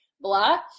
blah